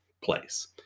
place